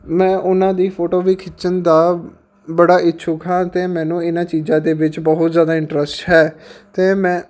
ਮੈਂ ਉਹਨਾਂ ਦੀ ਫੋਟੋ ਵੀ ਖਿੱਚਣ ਦਾ ਬੜਾ ਇਛੁੱਕ ਹਾਂ ਅਤੇ ਮੈਨੂੰ ਇਹਨਾਂ ਚੀਜ਼ਾਂ ਦੇ ਵਿੱਚ ਬਹੁਤ ਜ਼ਿਆਦਾ ਇੰਟਰਸਟ ਹੈ ਅਤੇ ਮੈਂ